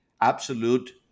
absolute